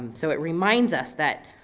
so it reminds us that